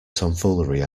tomfoolery